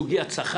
זו סוגית שכר,